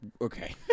Okay